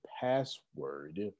password